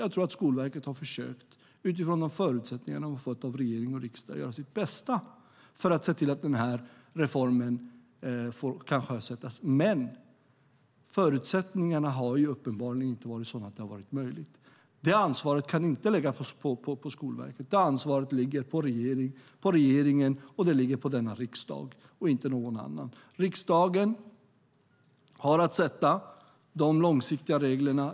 Jag tror att Skolverket, utifrån de förutsättningar som de har fått av regering och riksdag, har försökt göra sitt bästa för att se till att denna reform kan sjösättas. Men förutsättningarna har uppenbarligen inte varit sådana att det har varit möjligt. Detta ansvar kan inte läggas på Skolverket. Det ligger på regeringen och riksdagen och inte på någon annan. Riksdagen har att sätta upp de långsiktiga reglerna.